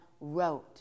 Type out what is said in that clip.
wrote